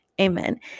Amen